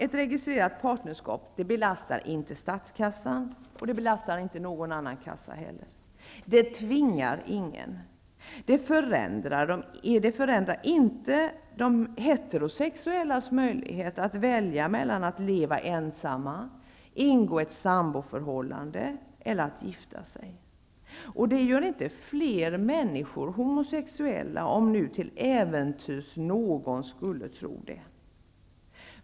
Ett registrerat partnerskap belastar inte statskassan och inte någon annan kassa heller. Det tvingar ingen. Det förändrar inte de heterosexuellas möjligheter att välja mellan att leva ensamma, ingå samboförhållande eller att gifta sig. Det gör inte fler människor homosexuella, om nu någon till äventyrs skulle tro det.